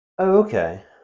Okay